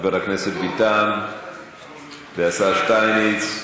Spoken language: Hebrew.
חבר הכנסת ביטן והשר שטייניץ.